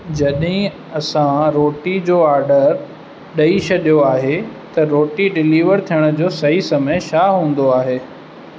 जॾहिं असां रोटी जो ऑडर ॾेई छॾियो आहे त रोटी डिलीवर थियण जो सही समय छा हूंदो आहे